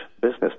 business